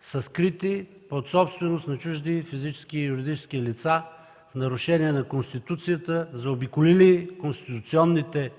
са скрити под собственост на чужди физически и юридически лица в нарушение на Конституцията, заобиколили конституционните